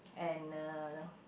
and uh